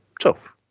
tough